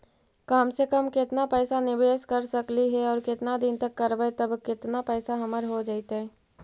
कम से कम केतना पैसा निबेस कर सकली हे और केतना दिन तक करबै तब केतना पैसा हमर हो जइतै?